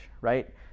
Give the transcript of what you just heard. right